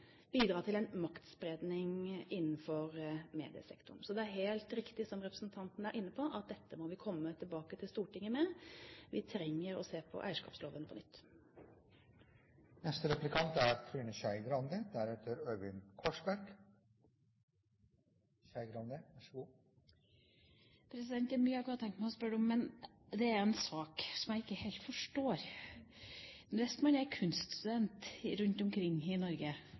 bidra til en maktspredning innen mediesektoren. Så det er helt riktig som representanten er inne på, at dette må vi komme tilbake til Stortinget med. Vi trenger å se på eierskapsloven på nytt. Det er mye jeg kunne tenkt meg å spørre statsråden om, men det er en sak jeg ikke helt forstår. Hvis man er kunststudent rundt omkring i Norge,